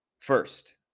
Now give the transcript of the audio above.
First